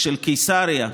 של קיסריה,